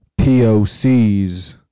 POCs